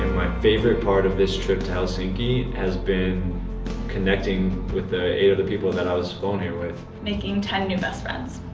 favorite part of this trip to helsinki has been connecting with the eight other people that i was flown here with. making ten new best friends.